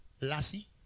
Lassie